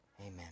Amen